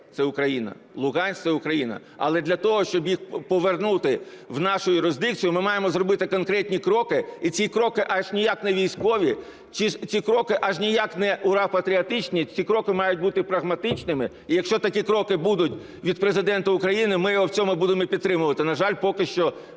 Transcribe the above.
це Україна, Луганськ – це Україна, але для того, щоб їх повернути в нашу юрисдикцію, ми маємо зробити конкретні кроки. І ці кроки аж ніяк не військові, ці кроки аж ніяк не ура-патріотичні, ці кроки мають бути прагматичними. І якщо такі кроки будуть від Президента України, ми його в цьому будемо і підтримувати. На жаль, поки що